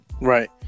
Right